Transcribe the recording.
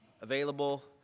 available